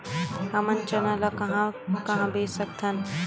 हमन चना ल कहां कहा बेच सकथन?